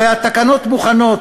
הרי התקנות מוכנות,